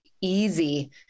easy